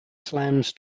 slams